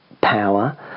power